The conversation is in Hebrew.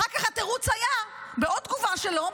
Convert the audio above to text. אחר כך התירוץ היה בעוד תגובה שלו,